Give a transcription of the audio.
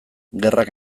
gerrak